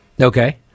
Okay